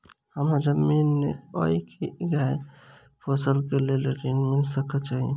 हमरा जमीन नै अई की गाय पोसअ केँ लेल ऋण मिल सकैत अई?